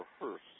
rehearse